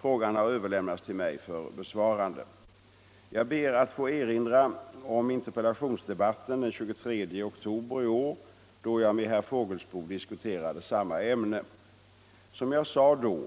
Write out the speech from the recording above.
Frågan har överlämnats till mig för besvarande. Jag ber att få erinra om interpellationsdebatten den 23 oktober i år, då jag med herr Fågelsbo diskuterade samma ämne. Som jag sade då,